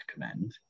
recommend